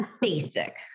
basic